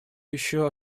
еще